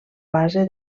base